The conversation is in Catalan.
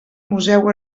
museu